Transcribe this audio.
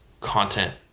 content